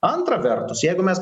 antra vertus jeigu mes